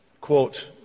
quote